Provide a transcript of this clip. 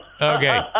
Okay